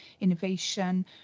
innovation